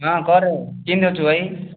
ହଁ କହରେ କିନ୍ତି ଅଛୁ ଭାଇ